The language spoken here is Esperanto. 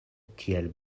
tiel